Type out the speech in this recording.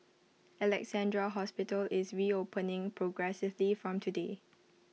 Alexandra hospital is reopening progressively from today